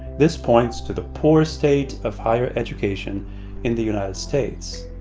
this points to the poor state of higher education in the united states.